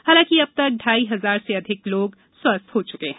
हालांकि अब तक ढ़ाई हजार से अधिक व्यक्ति स्वस्थ्य हो चुके हैं